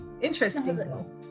interesting